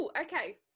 okay